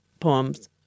Poems